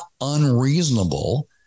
unreasonable